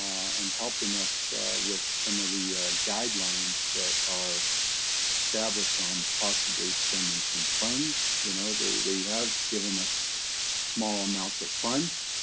and help us with some of the guidelines that are established on possibly, spending some funds, you know, they they have given us small amounts of funds,